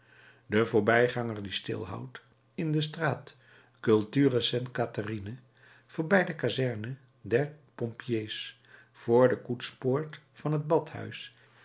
de voorbijganger die stil houdt in de straat culture sainte catherine voorbij de kazerne der pompiers voor de koetspoort van het badhuis